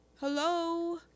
Hello